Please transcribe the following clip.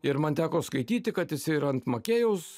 ir man teko skaityti kad is ir ant makėjeus